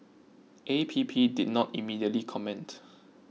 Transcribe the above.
A P P did not immediately comment